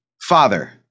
Father